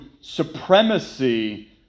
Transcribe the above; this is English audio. supremacy